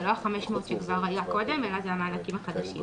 זה לא ה-500 שכבר היה קודם אלא המענקים החדשים,